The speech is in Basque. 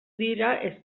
dira